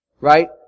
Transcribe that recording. Right